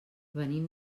venim